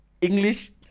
English